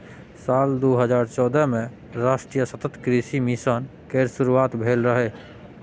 साल दू हजार चौदह मे राष्ट्रीय सतत कृषि मिशन केर शुरुआत भेल रहै